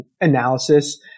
analysis